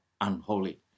unholy